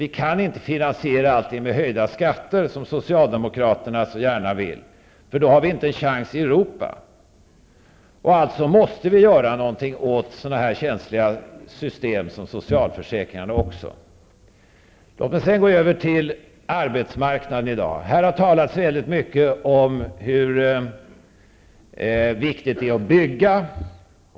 Vi kan inte finansiera allting med höjda skatter, som Socialdemokraterna så gärna vill, för då har vi inte en chans i Europa. Alltså måste vi göra någonting åt sådana här känsliga system som socialförsäkringarna. Låt mig sedan gå över till arbetsmarknaden i dag. Här har talats mycket om hur viktigt det är att bygga.